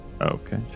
Okay